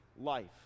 life